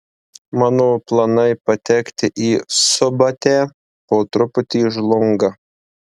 mano planai patekti į subatę po truputį žlunga